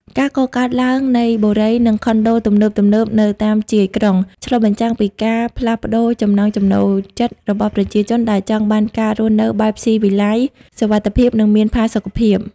ការកកើតឡើងនៃបុរី និងខុនដូទំនើបៗនៅតាមជាយក្រុង ឆ្លុះបញ្ចាំងពីការផ្លាស់ប្តូរចំណង់ចំណូលចិត្តរបស់ប្រជាជនដែលចង់បានការរស់នៅបែបស៊ីវិល័យ សុវត្ថិភាព និងមានផាសុកភាព។